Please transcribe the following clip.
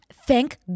Thank